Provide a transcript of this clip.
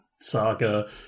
saga